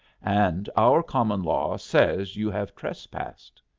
and our common law says you have trespassed.